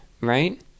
right